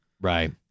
Right